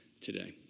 today